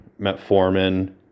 metformin